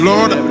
Lord